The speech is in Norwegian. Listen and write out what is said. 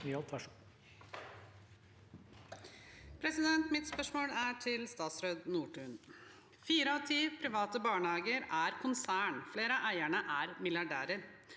Mitt spørsmål er til statsråd Nordtun. Fire av ti private barnehager er konserner. Flere av eierne er milliardærer.